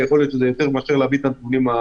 ויכול להיות שזה יותר מאשר להביא את הנתונים.